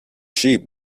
sheep